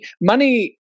money